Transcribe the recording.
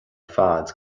fad